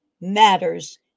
matters